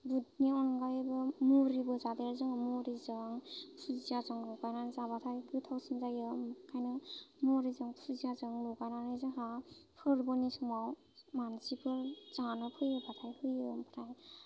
बुटनि अनगायैबो मुरिबो जादेरो जोङो मुरिजों बुजियाजों लगायनानै जाबाथाय गोथावसिन जायो ओंखायनो मुरिजों बुजियाजों लगायनानै जोंहा फोरबोनि समाव मानसिफोर जानो फैयोबाथाय होयो ओमफ्राय